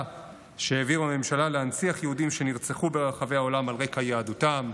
שהביאו בממשלה להנציח יהודים שנרצחו ברחבי העולם על רקע יהדותם.